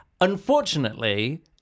Unfortunately